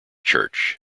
church